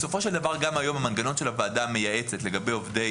בסופו של דבר גם המנגנון של הוועדה המייעצת לגבי עובדי